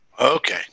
Okay